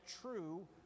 true